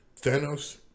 Thanos